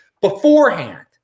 beforehand